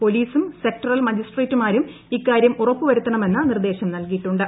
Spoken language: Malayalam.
പൊലീസും സെക്ടറൽ മജിസ്ട്രേറ്റുമാരും ഇക്കാരൃം ഉറപ്പുവരുത്തണമെന്ന് നിർദ്ദേശം നൽകിയിട്ടുണ്ട്